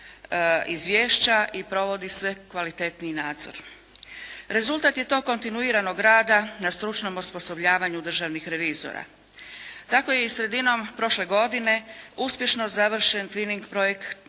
izvješća i provodi sve kvalitetniji nadzor. Rezultat je to kontinuiranog rada na stručnom osposobljavanju državnih revizora. Tako je i sredinom prošle godine uspješno završen "fining" projekt